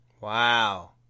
Wow